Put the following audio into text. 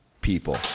people